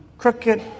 crooked